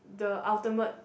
the ultimate